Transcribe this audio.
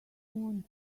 want